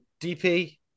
DP